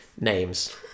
names